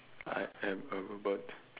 I am a robot